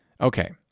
Okay